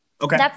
okay